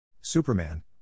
Superman